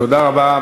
תודה רבה.